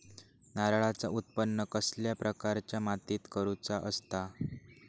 नारळाचा उत्त्पन कसल्या प्रकारच्या मातीत करूचा असता?